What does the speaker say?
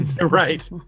right